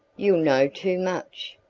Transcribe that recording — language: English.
you'll know too much.